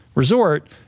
Resort